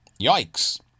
yikes